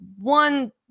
One